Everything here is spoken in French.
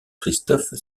christophe